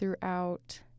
throughout